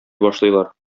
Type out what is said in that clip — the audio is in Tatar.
башлыйлар